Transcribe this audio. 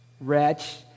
wretch